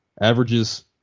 averages